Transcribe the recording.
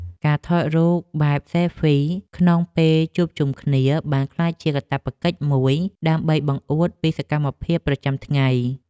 ការថតរូបស៊ែលហ្វីក្នុងពេលជួបជុំគ្នាបានក្លាយជាកាតព្វកិច្ចមួយដើម្បីបង្អួតពីសកម្មភាពប្រចាំថ្ងៃ។